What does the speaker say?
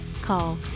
call